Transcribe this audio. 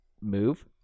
move